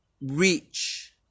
reach